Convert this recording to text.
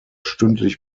stündlich